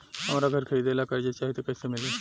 हमरा घर खरीदे ला कर्जा चाही त कैसे मिली?